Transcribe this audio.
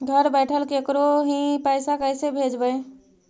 घर बैठल केकरो ही पैसा कैसे भेजबइ?